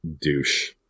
douche